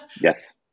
Yes